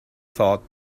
thought